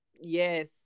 yes